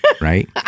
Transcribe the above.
right